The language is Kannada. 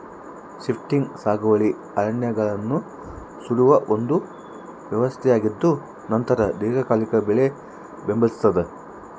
ಶಿಫ್ಟಿಂಗ್ ಸಾಗುವಳಿ ಅರಣ್ಯಗಳನ್ನು ಸುಡುವ ಒಂದು ವ್ಯವಸ್ಥೆಯಾಗಿದ್ದುನಂತರ ದೀರ್ಘಕಾಲಿಕ ಬೆಳೆ ಬೆಂಬಲಿಸ್ತಾದ